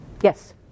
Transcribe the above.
Yes